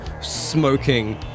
smoking